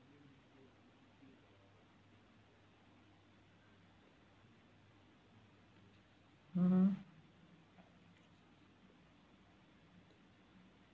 mmhmm